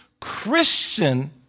Christian